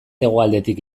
hegoaldetik